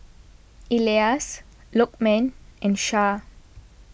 Elyas Lokman and Shah